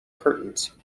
curtains